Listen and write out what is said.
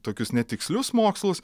tokius netikslius mokslus